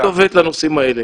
אני הכתובת לנושאים האלה.